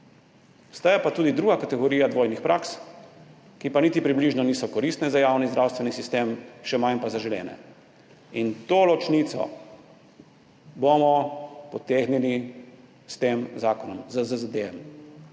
Obstaja pa tudi druga kategorija dvojnih praks, ki pa niti približno niso koristne za javni zdravstveni sistem, še manj pa zaželene, in to ločnico bomo potegnili s tem zakonom ZZDej,